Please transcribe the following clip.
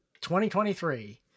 2023